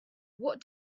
what